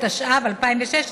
התשע"ו 2016,